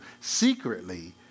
secretly